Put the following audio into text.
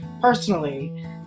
personally